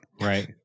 Right